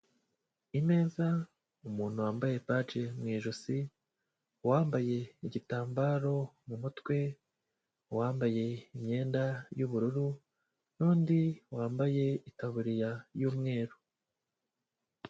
Imeza, umuntu wambaye baji mu ijosi, uwambaye igitambaro mu mutwe, juwambaye imyenda y'ubururu n'undi wambaye itaburiya y'umweru.